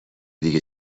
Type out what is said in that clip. دیگه